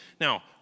Now